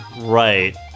Right